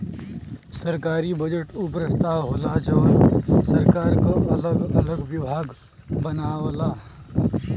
सरकारी बजट उ प्रस्ताव होला जौन सरकार क अगल अलग विभाग बनावला